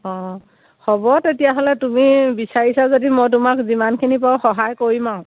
অঁ হ'ব তেতিয়াহ'লে তুমি বিচাৰিছা যদি মই তোমাক যিমানখিনি পাৰোঁ সহায় কৰিম আৰু